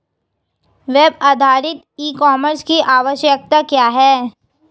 Web आधारित e commerce की आवश्यकता क्या है?